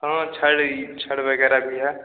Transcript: हँ छड़ ही छड़ वग़ैरह भी है